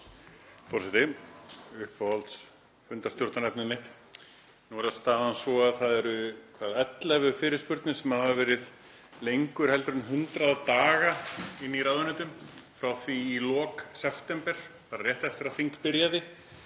Nú er staðan sú að það eru 11 fyrirspurnir sem hafa verið lengur en 100 daga í ráðuneytum frá því í lok september, bara rétt eftir að þing byrjaði.